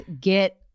get